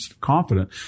confident